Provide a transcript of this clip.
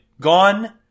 Gone